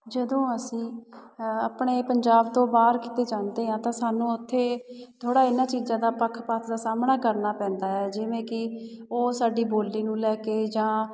ਜਦੋਂ ਅਸੀਂ ਆਪਣੇ ਪੰਜਾਬ ਤੋਂ ਬਾਹਰ ਕਿਤੇ ਜਾਂਦੇ ਹਾਂ ਤਾਂ ਸਾਨੂੰ ਉੱਥੇ ਥੋੜ੍ਹਾ ਇਹਨਾਂ ਚੀਜ਼ਾਂ ਦਾ ਪੱਖ ਪਾਤ ਦਾ ਸਾਹਮਣਾ ਕਰਨਾ ਪੈਂਦਾ ਹੈ ਜਿਵੇਂ ਕਿ ਉਹ ਸਾਡੀ ਬੋਲੀ ਨੂੰ ਲੈ ਕੇ ਜਾਂ